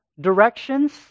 directions